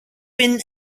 pin